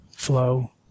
Flow